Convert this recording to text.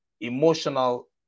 emotional